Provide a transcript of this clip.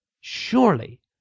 surely